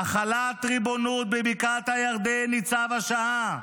"החלת ריבונות בבקעת הירדן היא צו השעה,